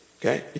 okay